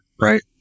right